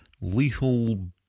Lethal